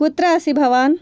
कुत्र अस्ति भवान्